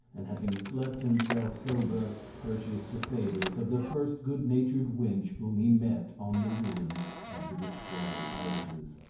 and having slept himself sober, purchased the favours of the first good-natured wench whom he met on the ruins of the destroyed houses,